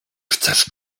chcesz